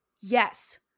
Yes